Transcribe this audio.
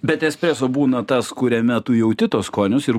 bet espreso būna tas kuriame tu jauti tuos skonius ir